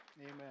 Amen